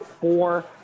four